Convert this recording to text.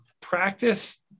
practice